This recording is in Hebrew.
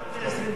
לנישואים,